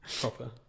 Proper